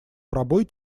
пробой